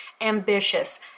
ambitious